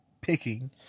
picking